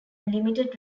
limited